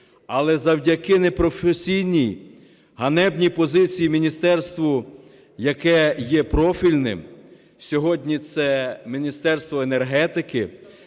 Але завдяки непрофесійній, ганебній позиції міністерства, яке є профільним, сьогодні – це Міністерство енергетики,